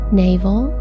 navel